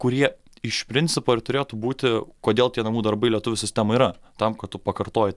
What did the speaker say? kurie iš principo ir turėtų būti kodėl tie namų darbai lietuvių sistemoj yra tam kad tu pakartoji